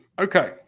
Okay